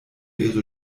ihre